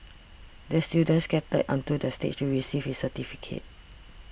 the student skated onto the stage to receive his certificate